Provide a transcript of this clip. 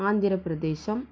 Andhra Pradesh